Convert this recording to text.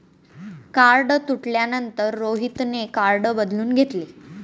card तुटल्यानंतर रोहितने card बदलून घेतले